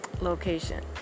location